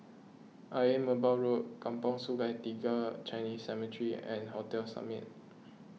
Ayer Merbau Road Kampong Sungai Tiga Chinese Cemetery and Hotel Summit